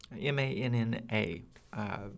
M-A-N-N-A